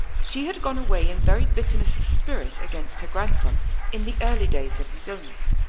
she had gone away in very bitterness of spirit against her grandson in the early days of his illness.